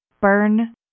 Burn